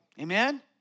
Amen